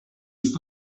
ist